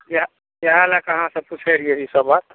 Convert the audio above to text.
इएह इएह लए शकऽ अहाँसॅं पुछै रहियै ई सब बात